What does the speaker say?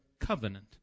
Covenant